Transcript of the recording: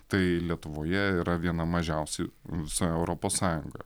tai lietuvoje yra viena mažiausių visoje europos sąjungoje